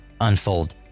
unfold